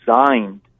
designed